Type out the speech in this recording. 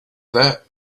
that